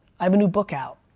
i have a new book out.